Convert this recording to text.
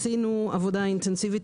מאז הדיון הקודם עשינו עבודה אינטנסיבית